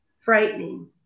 frightening